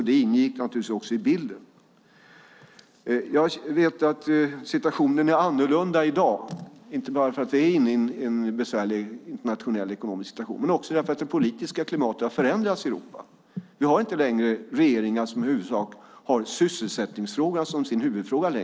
Det ingick naturligtvis också i bilden. Jag vet att situationen är annorlunda i dag, inte bara därför att vi är inne i en besvärlig internationell ekonomisk situation utan också därför att det politiska klimatet i Europa har förändrats. Vi har inte längre regeringar i Europa som har sysselsättningsfrågan som sin huvudfråga.